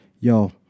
Yo